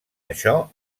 això